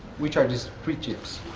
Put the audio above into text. which are these three tips?